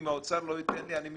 אם האוצר לא ייתן לי, אני מצטער,